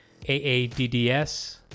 AADDS